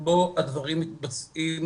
האוצר ליישם את ההתחייבות התקציבית.